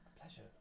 Pleasure